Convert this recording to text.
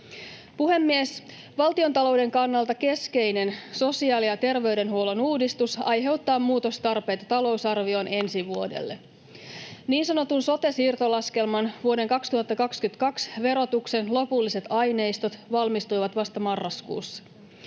Puhemies! Valtiontalouden kannalta keskeinen sosiaali- ja terveydenhuollon uudistus aiheuttaa muutostarpeita talousarvioon ensi vuodelle. Niin sanotun sote-siirtolaskelman vuoden 2022 verotuksen lopulliset aineistot valmistuivat vasta marraskuussa.